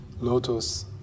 lotus